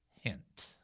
hint